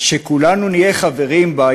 שכולנו נהיה חברים בה,